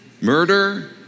murder